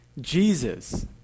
Jesus